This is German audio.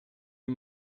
die